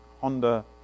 Honda